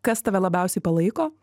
kas tave labiausiai palaiko